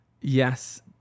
yes